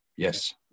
Yes